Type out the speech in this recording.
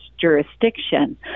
jurisdiction